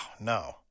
no